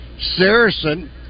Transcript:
Saracen